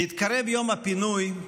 בהתקרב יום הפינוי,